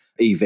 EV